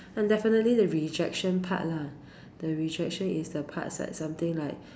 and definitely the rejection part lah the rejection is the parts like something like